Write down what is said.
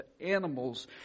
animals